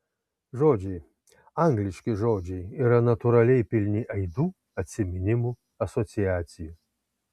žodžiai angliški žodžiai yra natūraliai pilni aidų atsiminimų asociacijų